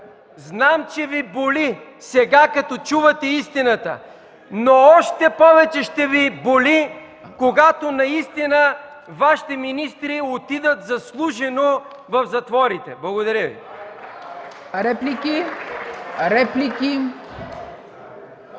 знам, че Ви боли сега, като чувате истината, но още повече ще Ви боли, когато наистина Вашите министри отидат заслужено в затворите. Благодаря Ви. (Ръкопляскания